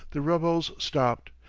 the rebels stopped,